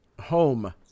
Home